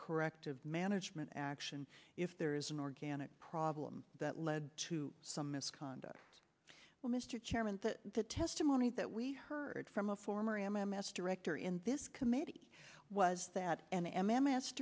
corrective management action if there is an organic problem that led to some misconduct well mr chairman that the testimony that we heard from a former m m s director in this committee was that an m m s